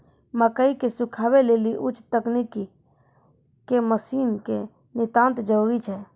मकई के सुखावे लेली उच्च तकनीक के मसीन के नितांत जरूरी छैय?